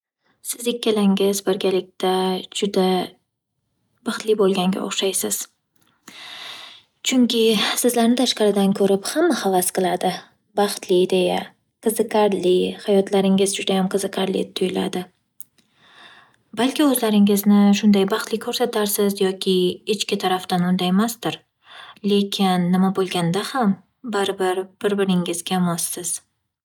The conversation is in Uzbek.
Siz ikkalangiz birgalikda juda baxtli bo'lganga o'xshaysiz. Chunki, sizlarni tashqaridan ko'rib hamma havas qiladi. Baxtli deya! Qiziqarli! Hayotlaringiz judayam qiziqarli tuyiladi. Balki o'zlaringizni shunday baxtli ko'rsatarsiz yoki ichki tarafdan undaymasdir. Lekin nima bo'lganda ham barbir bir-biringizga mossiz.